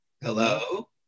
hello